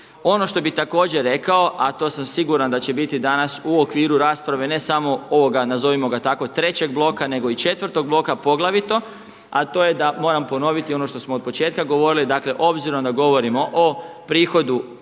Ono što bi također rekao, a to sam siguran da će biti danas u okviru rasprave ne samo ovoga nazovimo ga tako, treće bloka nego i četvrtog bloka poglavito, a to je da moram ponoviti ono što smo od početka govorili dakle obzirom da govorimo o prihodu